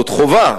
זו חובה,